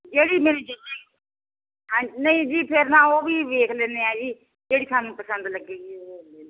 ਜਿਹੜੀ ਮੇਰੀ ਜੁੱਤੀ ਹਾਂਜੀ ਨਹੀਂ ਜੀ ਫਿਰ ਨਾ ਉਹ ਵੀ ਵੇਖ ਲੈਂਦੇ ਹਾਂ ਜੀ ਜਿਹੜੀ ਸਾਨੂੰ ਪਸੰਦ ਲੱਗੇਗੀ ਪੰਜਾਬੀ ਸਾਈਡ 'ਤੇ ਕਰ ਦਿਓ ਨਾ